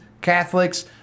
Catholics